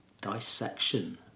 dissection